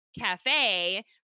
cafe